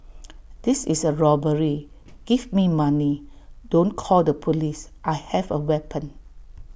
this is A robbery give me money don't call the Police I have A weapon